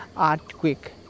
earthquake